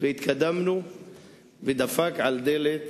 והתקדמנו והוא דפק על הדלת.